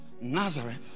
Nazareth